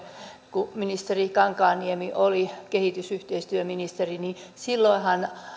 kun ministeri kankaanniemi oli kehitysyhteistyöministeri